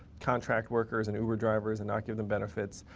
contract workers and uber drivers and not give them benefits.